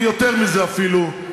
יותר מזה אפילו.